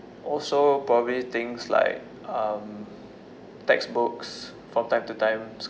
also probably things like um textbooks from time to time